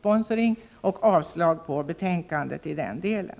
sponsring och avslag på utskottets hemställan i denna del.